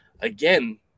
again